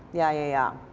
yeah, yeah.